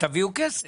תביאו כסף.